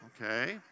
Okay